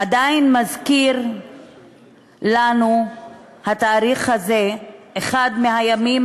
עדיין התאריך הזה מזכיר לנו את אחד הימים